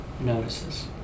notices